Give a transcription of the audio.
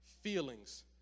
feelings